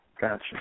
Gotcha